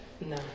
No